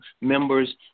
members